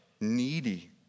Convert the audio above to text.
needy